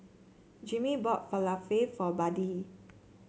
Jimmie bought Falafel for Buddie